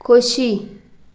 खोशी